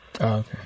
Okay